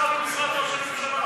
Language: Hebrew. הוא שר במשרד ראש הממשלה.